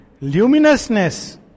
luminousness